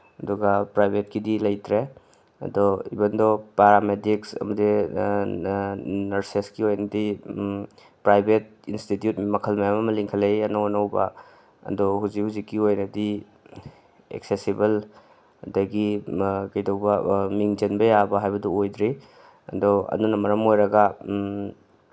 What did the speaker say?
ꯑꯗꯨꯒ ꯄ꯭ꯔꯥꯏꯚꯦꯠꯀꯤꯗꯤ ꯂꯩꯇ꯭ꯔꯦ ꯑꯗꯣ ꯏꯕꯟ ꯗꯣ ꯄꯦꯔꯥꯃꯦꯗꯤꯛꯁ ꯑꯃꯗꯤ ꯅꯔꯁꯦꯁꯀꯤ ꯑꯣꯏꯅꯗꯤ ꯄ꯭ꯔꯥꯏꯚꯦꯠ ꯏꯟꯁꯇꯤꯇ꯭ꯌꯨꯠ ꯃꯈꯜ ꯃꯌꯥꯝ ꯑꯃ ꯂꯤꯡꯈꯠꯂꯛꯏ ꯑꯅꯧ ꯑꯅꯧꯕ ꯑꯗꯣ ꯍꯧꯖꯤꯛ ꯍꯧꯖꯤꯛꯀꯤ ꯑꯣꯏꯅꯗꯤ ꯑꯦꯛꯁꯦꯁꯤꯕꯜ ꯑꯗꯒꯤ ꯀꯩꯗꯧꯕ ꯃꯤꯡ ꯆꯟꯕ ꯌꯥꯕ ꯍꯥꯏꯕꯗꯨ ꯑꯣꯏꯗ꯭ꯔꯤ ꯑꯗꯣ ꯑꯗꯨꯅ ꯃꯔꯝ ꯑꯣꯏꯔꯒ